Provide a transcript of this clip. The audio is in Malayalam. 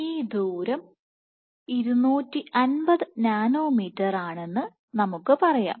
ഈ ദൂരം 250 നാനോമീറ്ററാണെന്ന് നമുക്ക് പറയാം